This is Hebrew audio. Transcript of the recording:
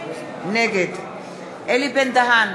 נגד אלי בן-דהן,